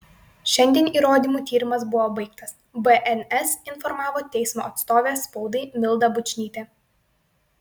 šiandien įrodymų tyrimas buvo baigtas bns informavo teismo atstovė spaudai milda bučnytė